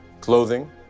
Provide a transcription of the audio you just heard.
clothing